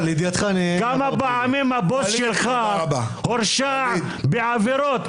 כמה פעמים הבוס שלך הורשע בעבירות?